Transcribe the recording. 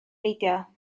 beidio